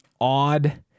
odd